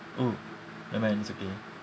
oh never mind it's okay